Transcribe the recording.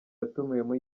yatumiwemo